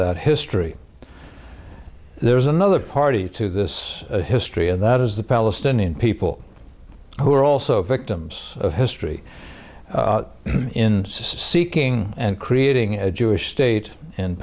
that history there is another party to this history and that is the palestinian people who are also victims of history in seeking and creating a jewish state